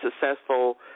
successful